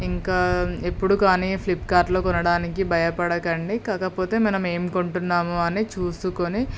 ఇంకా ఎప్పుడు కానీ ఫ్లిప్కార్ట్లో కొనడానికి భయపడకండి కాకపోతే మనం ఏం కొంటున్నాము అని చూసుకుని